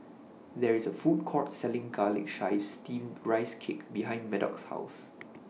There IS A Food Court Selling Garlic Chives Steamed Rice Cake behind Maddox's House